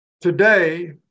Today